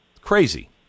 crazy